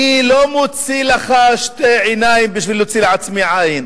אני לא מוציא לך שתי עיניים כדי להוציא לעצמי עין,